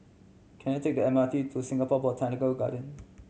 can I take the M R T to Singapore Botanic Garden